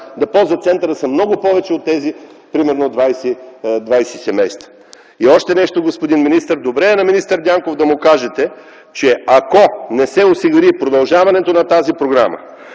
да ползват центъра са много повече от тези 20 семейства. И още нещо, господин министър, добре е да кажете на министър Дянков, че ако не се осигури продължаването на тази програма,